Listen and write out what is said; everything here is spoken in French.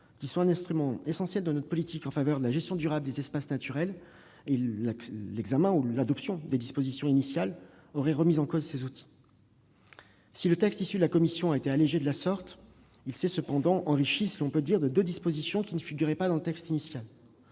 qui sont un instrument essentiel de notre politique en faveur de la gestion durable des espaces naturels. L'adoption des dispositions initiales aurait remis en cause ces outils. Si le texte issu de la commission a été allégé de la sorte, il s'est cependant enrichi, si l'on peut dire, de deux dispositions qui ne figuraient pas dans le texte initial.